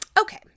Okay